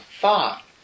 thought